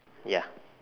ya